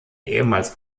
ehemals